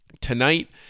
Tonight